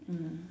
ah